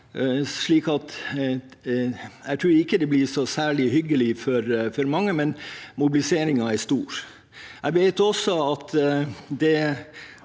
Jeg tror ikke det blir særlig hyggelig for mange, men mobiliseringen er stor.